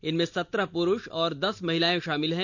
इनमें सत्रह पुरुष और दस महिलाएं शामिल हैं